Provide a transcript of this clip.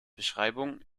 beschreibung